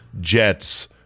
Jets